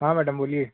हाँ मैडम बोलिए